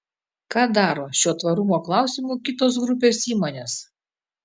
ką daro šiuo tvarumo klausimu kitos grupės įmonės